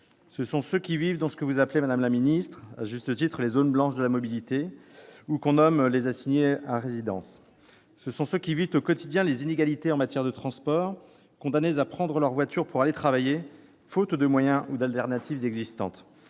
Ce sont ceux qui vivent dans ce que vous appelez à juste titre, madame la ministre, les « zones blanches de la mobilité »- on les nomme aussi les « assignés à résidence ». Ce sont ceux qui vivent au quotidien les inégalités en matière de transport, condamnés à prendre leur voiture pour aller travailler, faute de moyens ou d'alternatives existantes.